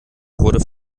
wurde